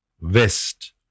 West